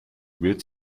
wird